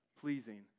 pleasing